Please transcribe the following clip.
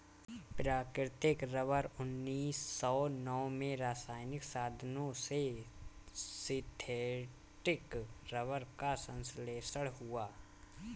प्राकृतिक रबर उन्नीस सौ नौ में रासायनिक साधनों से सिंथेटिक रबर का संश्लेषण हुआ